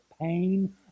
pain